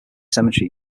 cemetery